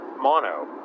mono